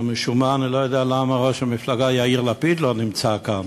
אבל אני לא יודע למה ראש המפלגה יאיר לפיד משום מה לא נמצא כאן,